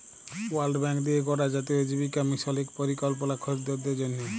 world bank দিঁয়ে গড়া জাতীয় জীবিকা মিশল ইক পরিকল্পলা দরিদ্দরদের জ্যনহে